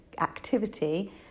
activity